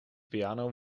piano